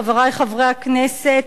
חברי חברי הכנסת,